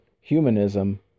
Humanism